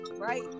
right